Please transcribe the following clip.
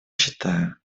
считаю